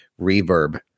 reverb